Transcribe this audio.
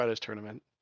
tournament